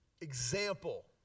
example